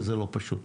שזה לא פשוט.